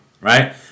right